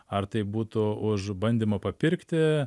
ar tai būtų už bandymą papirkti